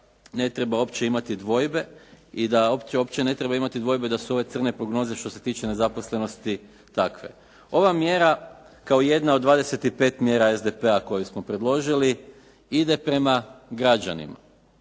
ne treba uopće imati dvojbe i da uopće ne treba imati dvojbe da su ove crne prognoze što se tiče nezaposlenosti takve. Ova mjera kao jedna od 25 mjera SDP-a koje smo predložili ide prema građanima.